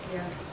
Yes